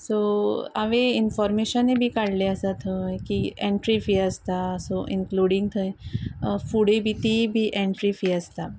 so हांवें इनफोरमेशनूय बी काडली आसा थंय की एंट्री फी आसता सो इनक्लूडींग थंय फुडें बी ती बी एंट्री फी आसता